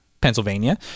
Pennsylvania